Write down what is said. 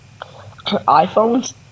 iPhones